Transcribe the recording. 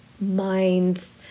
minds